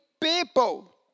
people